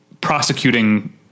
prosecuting